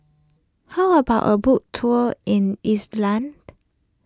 how about a boat tour in